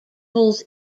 holds